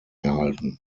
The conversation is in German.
erhalten